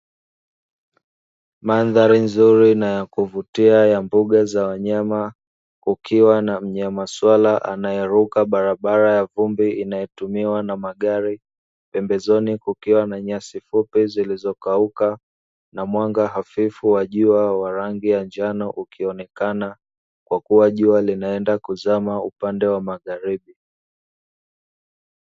Mandhari nzuri na yakuvutia ya mbuga za wanyama, kukiwa na mnyama swala anayeruka barabara ya vumbi inayotumiwa na magari; pembezoni kukiwa na nyasi fupi zilizokauka, na mwanga hafifu wa jua wa rangi ya njano ukionekana, kwa kuwa jua linaenda kuzama upande wa magharibi.